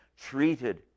treated